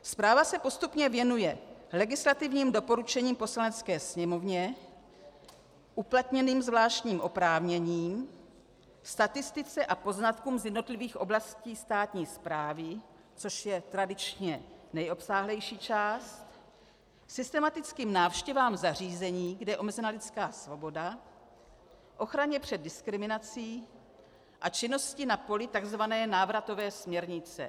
Zpráva se postupně věnuje legislativním doporučením Poslanecké sněmovně, uplatněným zvláštním oprávněním, statistice a poznatkům z jednotlivých oblastí státní správy, což je tradičně nejobsáhlejší část, systematickým návštěvám zařízení, kde je omezena lidská svoboda, ochraně před diskriminací a činnosti na poli takzvané návratové směrnice.